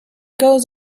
goes